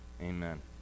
Amen